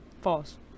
false